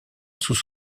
sous